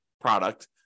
product